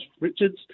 Richards